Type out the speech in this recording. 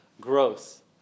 growth